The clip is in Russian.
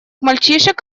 мальчишек